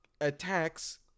attacks